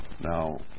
Now